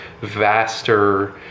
vaster